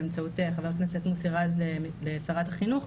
באמצעות ח"כ מוסי רז ושרת החינוך,